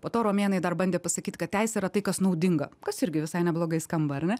po to romėnai dar bandė pasakyt kad teisė yra tai kas naudinga kas irgi visai neblogai skamba ar ne